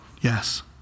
yes